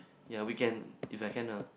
ya weekend if I can ah